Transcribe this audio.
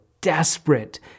desperate